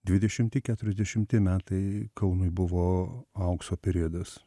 dvidešimti keturiasdešimti metai kaunui buvo aukso periodas